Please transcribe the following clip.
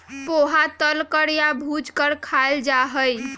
पोहा तल कर या भूज कर खाल जा हई